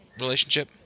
Relationship